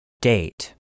Date